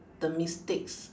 the mistakes